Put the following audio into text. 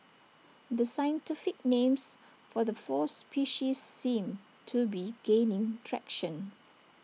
the scientific names for the four species seem to be gaining traction